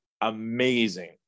amazing